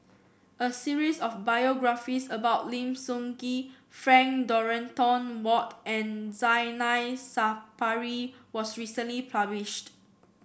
a series of biographies about Lim Sun Gee Frank Dorrington Ward and Zainal Sapari was recently published